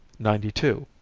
ninety two.